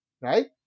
Right